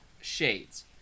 shades